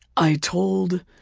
i told,